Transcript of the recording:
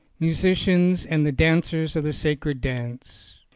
musicians and the dancers of the sacred dance.